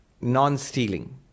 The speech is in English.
Non-stealing